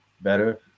better